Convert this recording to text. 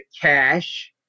cash